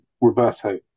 Roberto